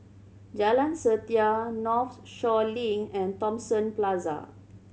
Jalan Setia Northshore Link and Thomson Plaza